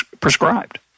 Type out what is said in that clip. prescribed